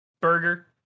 burger